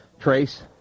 Trace